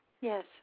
Yes